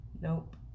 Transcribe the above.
Nope